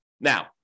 Now